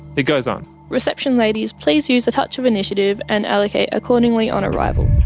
it goes on. reception ladies please use a touch of initiative and allocate accordingly on arrival.